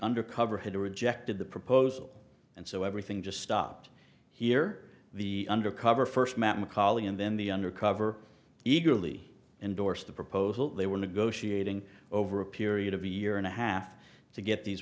undercover had rejected the proposal and so everything just stopped here the undercover first met makali and then the undercover eagerly endorse the proposal they were negotiating over a period of a year and a half to get these